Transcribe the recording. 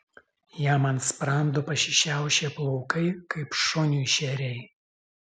jam ant sprando pasišiaušė plaukai kaip šuniui šeriai